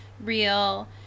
real